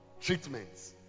treatments